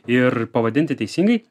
ir pavadinti teisingai